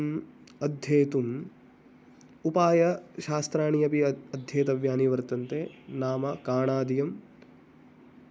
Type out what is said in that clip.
वेदान्तशास्त्रम् अध्येतुम् उपायशास्त्राणि अपि अद् अध्येतव्यानि वर्तन्ते नाम काणादीयं